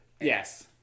Yes